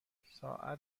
ساعت